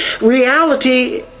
Reality